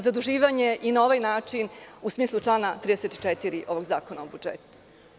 Zaduživanje i na ovaj način, u smislu člana 34. ovog zakona o budžetu.